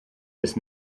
bis